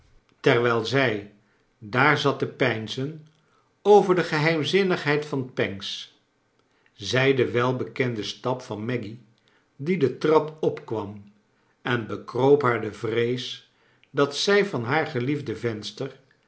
wijl zij daar zat te peinzen over de geheimzinnigheid van pancks zij den welbekenden stap van a y die de trap opkwam en bekroop haar de vrees dat zij van haar geliefde venster